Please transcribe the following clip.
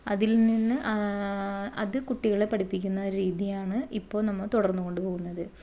അതിൽനിന്ന് അത് കുട്ടികളെ പഠിപ്പിക്കുന്ന ഒരു രീതിയാണ് ഇപ്പോൾ നമ്മൾ തുടർന്നുകൊണ്ട് പോകുന്നത്